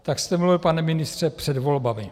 Tak jste mluvil, pane ministře, před volbami.